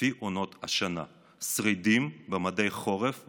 לפי עונות השנה: שרידים במדי חורף,